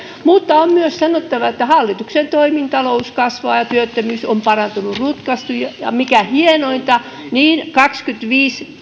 mutta on myös sanottava että hallituksen toimin talous kasvaa ja työttömyys on parantunut rutkasti ja mikä hienointa niin viisitoista viiva kaksikymmentäviisi